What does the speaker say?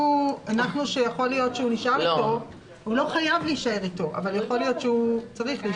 הנחנו שיכול להיות שהוא נשאר איתו כי הוא צריך להישאר איתו.